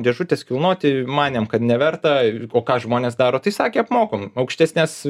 dėžutės kilnoti manėm kad neverta o ką žmonės daro tai sakė apmokom aukštesnes